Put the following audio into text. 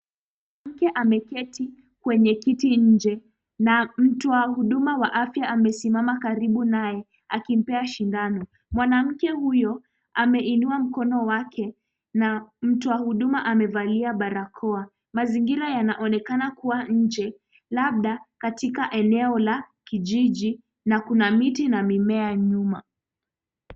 Mke ameketi kwenye kiti nje na mtu wa huduma wa afya amesimama karibu naye akimpea sindano, mwanamke huyo ameinua mkono wake na mtu wa huduma amevalia barakoa, mazingira yanaonekana kuwa nje labda katika eneo la kijiji na kuna miti na mimea nyuma.